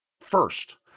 first